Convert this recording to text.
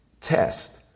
test